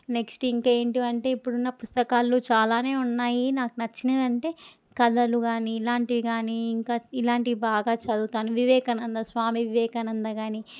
next ఇంక ఏంటివి అంటే ఇప్పుడున్న పుస్తకాల్లో చాలానే ఉన్నాయి నాకు నచ్చినవి అంటే కథలు కానీ ఇలాంటివి కానీ ఇంకా ఇలాంటివి బాగా చదువుతాను వివేకానంద స్వామి వివేకానంద కానీ